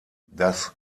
das